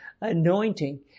anointing